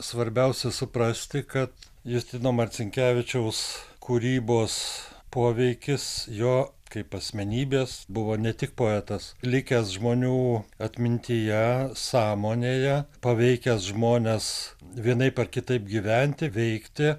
svarbiausia suprasti kad justino marcinkevičiaus kūrybos poveikis jo kaip asmenybės buvo ne tik poetas likęs žmonių atmintyje sąmonėje paveikęs žmones vienaip ar kitaip gyventi veikti